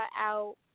out